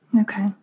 Okay